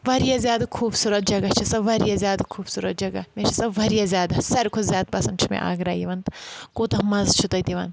واریاہ زیادٕ خوٗبصوٗرت جگہ چھِ سۄ واریاہ زیادٕ خوٗبصوٗرت جگہ مےٚ چھِ سۄ واریاہ زیادٕ ساروی کھۄتہٕ زیادٕ پَسنٛد چھِ مےٚ آگرا یِوان تہٕ کوٗتاہ مَزٕ چھُ تَتہِ یِوان